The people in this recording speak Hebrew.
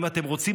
אם אתם רוצים,